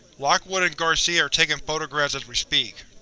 lockwood and garcia are taking photographs as we speak.